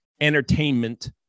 entertainment